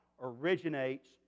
originates